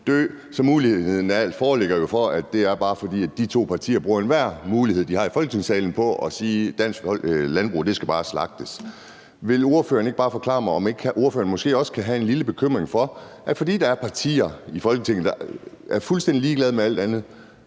den mulighed, at det bare er, fordi de to partier bruger enhver mulighed, de har i Folketingssalen, for at sige, at dansk landbrug bare skal slagtes. Vil ordføreren ikke bare forklare mig, om ordføreren måske ikke også kan have en lille bekymring for, at fordi der er partier i Folketinget, der er fuldstændig ligeglade med alt det